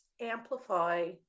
amplify